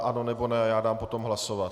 Ano, nebo ne, já dám potom hlasovat.